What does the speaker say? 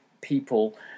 people